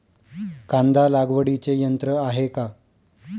कांदा लागवडीचे यंत्र आहे का?